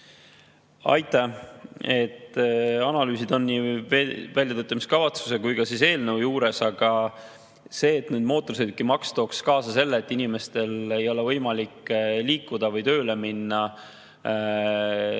Aitäh! Analüüsid on nii väljatöötamiskavatsuse kui ka eelnõu juures. Et mootorsõidukimaks tooks kaasa selle, et inimestel ei ole võimalik liikuda või tööle minna,